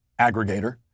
aggregator